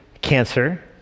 cancer